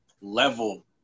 level